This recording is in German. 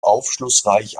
aufschlussreich